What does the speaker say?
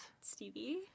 Stevie